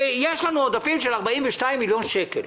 ויש לנו עודפים של 42 מיליון שקל.